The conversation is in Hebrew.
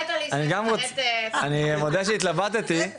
יש פה גם כל מיני ענייני קואליציה,